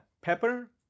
pepper